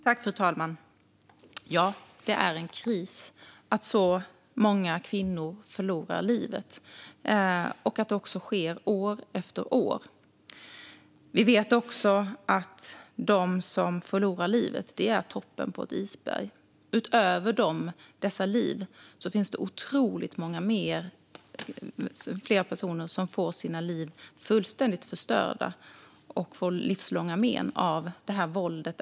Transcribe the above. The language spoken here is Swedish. Fru talman! Ja, det är en kris att så många kvinnor förlorar livet och att det också sker år efter år. Vi vet också att de som förlorar livet är toppen på ett isberg. Utöver dessa liv finns det otroligt många fler personer som får sina liv fullständigt förstörda och får livslånga men av våldet.